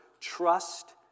Trust